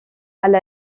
elle